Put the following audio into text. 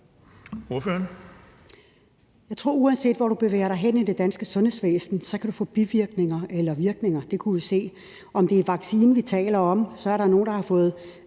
uanset hvor du bevæger dig hen i det danske sundhedsvæsen, kan du få bivirkninger eller virkninger. Det har vi set. Når det gælder vaccinen, er der nogle, der har fået